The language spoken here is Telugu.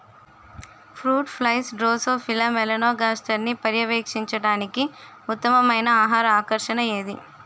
ఫ్రూట్ ఫ్లైస్ డ్రోసోఫిలా మెలనోగాస్టర్ని పర్యవేక్షించడానికి ఉత్తమమైన ఆహార ఆకర్షణ ఏది?